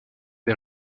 des